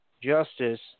justice